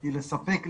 היא לספק,